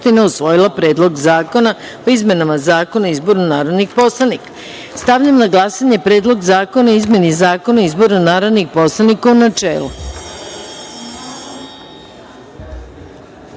usvojila Predlog zakona o izmenama Zakona o izboru narodnih poslanika. Stavljam na glasanje Predlog zakona o izmeni Zakona o izboru narodnih poslanika, u